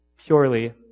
purely